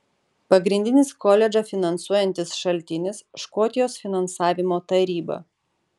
pagrindinis koledžą finansuojantis šaltinis škotijos finansavimo taryba